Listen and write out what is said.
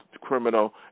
criminal